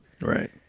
Right